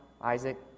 Isaac